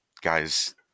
guys